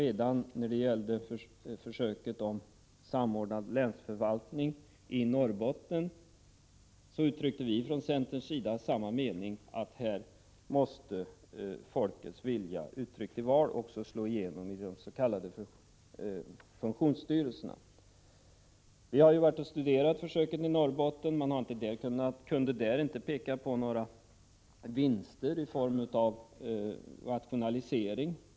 Redan när det gällde försöket om samordnad länsförvaltning i Norrbotten uttryckte vi från centerns sida samma mening, att här måste folkets vilja uttryckt i val också slå igenom i de s.k. funktionsstyrelserna. Vi har studerat försöken i Norrbotten. Man kunde där inte peka på några vinster i form av rationalisering.